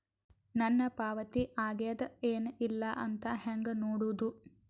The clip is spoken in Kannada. ನನ್ನ ಪಾವತಿ ಆಗ್ಯಾದ ಏನ್ ಇಲ್ಲ ಅಂತ ಹೆಂಗ ನೋಡುದು?